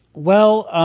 well,